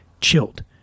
chilled